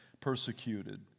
persecuted